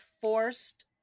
forced